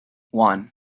one